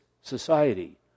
society